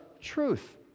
truth